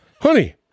honey